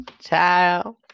child